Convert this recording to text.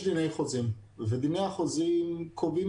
יש דיני חוזים ודיני החוזים קובעים